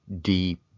deep